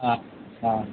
आं आं